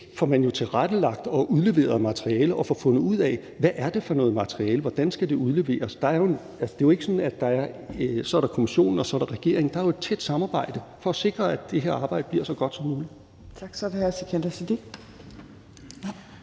får tilrettelagt og udleveret materiale og får fundet ud af, hvad det er for noget materiale, og hvordan det skal udleveres. Det er jo ikke sådan, at der er kommissionen, og så er der regeringen; der er jo et tæt samarbejde for at sikre, at det her arbejde bliver så godt som muligt.